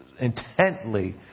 intently